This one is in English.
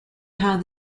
have